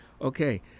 Okay